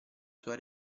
sua